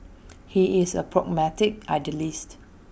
he is A pragmatic idealist